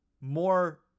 more